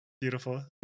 beautiful